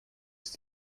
ist